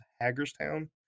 Hagerstown